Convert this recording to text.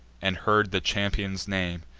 and heard the champion's name,